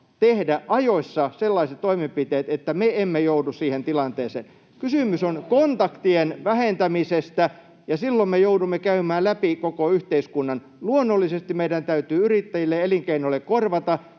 tehdä ajoissa sellaiset toimenpiteet, että me emme joudu siihen tilanteeseen. Kysymys on kontaktien vähentämisestä, ja silloin me joudumme käymään läpi koko yhteiskunnan. Luonnollisesti meidän täytyy yrittäjille ja elinkeinoille korvata